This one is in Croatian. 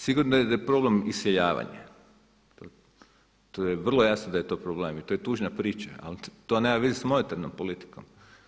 Sigurno da je problem iseljavanja, to je vrlo jasno da je to problem i to je tužna priča, ali to nema veze sa monetarnom politikom.